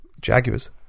Jaguars